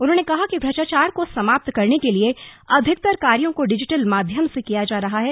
उन्होंने कहा कि भ्रष्टाचार को समाप्त करने के लिए अधिकतर कार्यों को डिजिटल माध्यम से किया जा रहा है